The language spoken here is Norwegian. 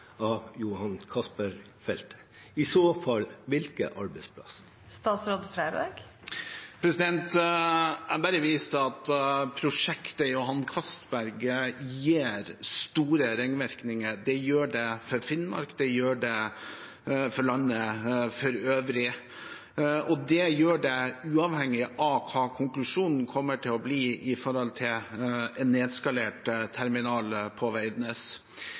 av Johan Castberg-feltet? Og i så fall: Hvilke arbeidsplasser? Jeg vil bare vise til at prosjektet Johan Castberg gir store ringvirkninger. Det gjør det for Finnmark, det gjør det for landet for øvrig, og det gjør det uavhengig av hva konklusjonen kommer til å bli med hensyn til en nedskalert terminal på Veidnes.